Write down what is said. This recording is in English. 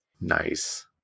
Nice